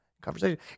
conversation